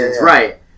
Right